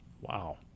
Wow